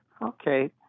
Okay